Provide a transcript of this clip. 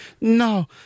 no